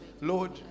Lord